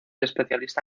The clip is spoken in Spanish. especialista